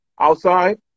Outside